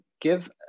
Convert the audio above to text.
give